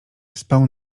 spał